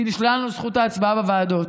כי נשללה מאיתנו זכות ההצבעה בוועדות.